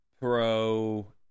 pro